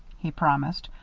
he promised,